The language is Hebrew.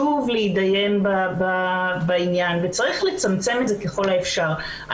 שוב להתדיין בעניין וצריך לצמצם את זה ככל האפשר.